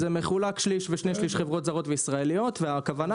זה מחולק שליש ושני שליש חברות זרות וישראליות והכוונה